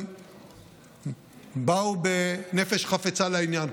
הם באו בנפש חפצה לעניין,